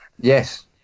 Yes